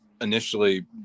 initially